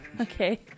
okay